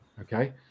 okay